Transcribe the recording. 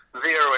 Zero